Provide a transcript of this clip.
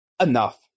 Enough